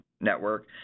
network